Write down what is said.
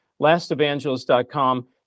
lastevangelist.com